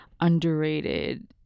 underrated